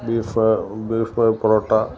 beef beef parotta